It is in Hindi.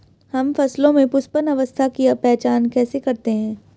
हम फसलों में पुष्पन अवस्था की पहचान कैसे करते हैं?